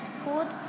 food